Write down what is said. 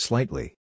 Slightly